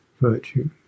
virtue